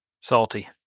Salty